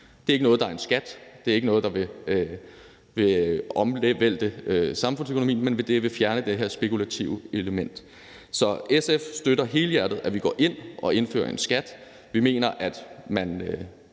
Det er ikke noget, der er en skat. Det er ikke noget, der ville omvælte samfundsøkonomien, men det ville fjerne det her spekulative element. Så SF støtter helhjertet, at vi går ind og indfører en skat. Vi mener, at det